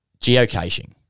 geocaching